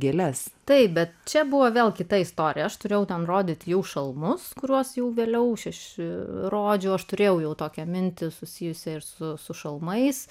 gėles taip bet čia buvo vėl kita istorija aš turėjau ten rodyti jų šalmus kuriuos jau vėliau rodžiau aš turėjau tokią mintį susijusią ir su šalmais